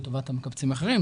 לטובת המקבצים האחרים,